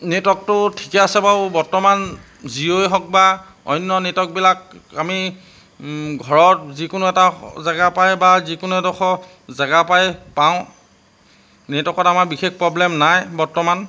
নেটৱৰ্কটো ঠিকে আছে বাৰু বৰ্তমান জিঅ'য়ে হওক বা অন্য নেটৱৰ্কবিলাক আমি ঘৰত যিকোনো এটা জেগা পৰাই বা যিকোনো এডোখৰ জেগা পৰাই পাওঁ নেটৱকত আমাৰ বিশেষ পব্লেম নাই বৰ্তমান